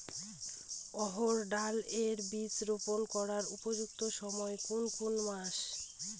অড়হড় ডাল এর বীজ রোপন করার উপযুক্ত সময় কোন কোন মাস?